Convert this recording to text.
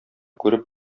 күреп